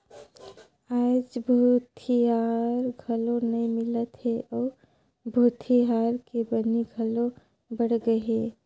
आयज भूथिहार घलो नइ मिलत हे अउ भूथिहार के बनी घलो बड़ गेहे